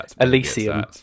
elysium